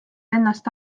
ennast